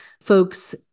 folks